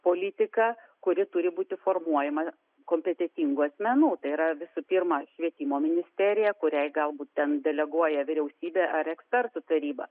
politika kuri turi būti formuojama kompetentingų asmenų tai yra visų pirma švietimo ministerija kuriai galbūt ten deleguoja vyriausybė ar ekspertų taryba